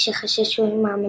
שחששו למעמדם.